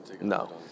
No